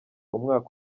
umwaka